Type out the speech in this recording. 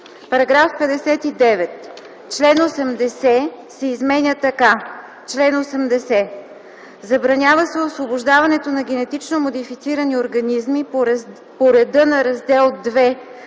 § 59: „§ 59. Член 80 се изменя така: „Чл. 80. Забранява се освобождаването на генетично модифицирани организми по реда на Раздел